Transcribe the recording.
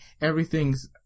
Everything's